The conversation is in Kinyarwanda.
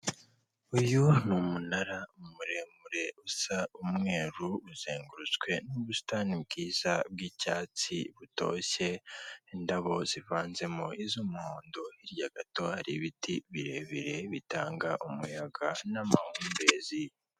Uyu ni umunara muremure usa umweru uzengurutswe n'ubusitani bwiza bwicyatsi butoshye ,indabo zivanzemo iz'umuhondo hirya gato hari ibiti birebire bitanga umuyaga n'amahumbezi .